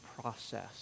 process